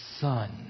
son